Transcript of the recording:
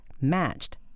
matched